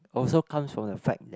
also comes from the fact that